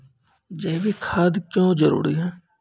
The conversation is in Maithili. जैविक खाद क्यो जरूरी हैं?